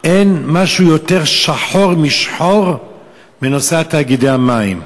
אין משהו יותר שחור משחור מנושא תאגידי המים.